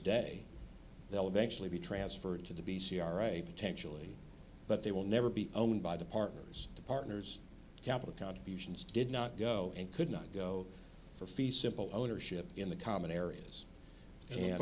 day they'll eventually be transferred to the b c r a potentially but they will never be owned by the partners the partners capital contributions did not go and could not go for fee simple ownership in the common areas and